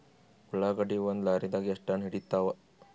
ಉಳ್ಳಾಗಡ್ಡಿ ಒಂದ ಲಾರಿದಾಗ ಎಷ್ಟ ಟನ್ ಹಿಡಿತ್ತಾವ?